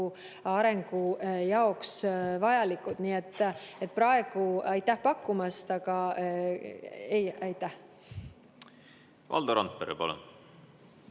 arengu jaoks vajalikud. Nii et praegu aitäh pakkumast, aga ei. Valdo Randpere, palun!